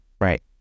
Right